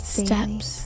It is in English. steps